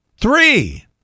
three